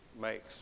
makes